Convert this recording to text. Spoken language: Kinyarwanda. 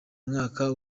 mwaka